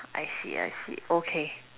I see I see okay